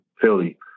Philly